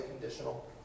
conditional